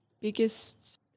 biggest